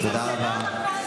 תודה רבה.